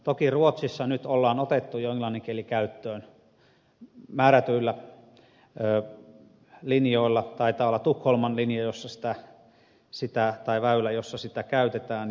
toki ruotsissa nyt on otettu jo englannin kieli käyttöön määrätyillä linjoilla taitaa olla tukholman linja tai väylä jossa sitä käytetään